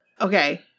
Okay